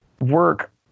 work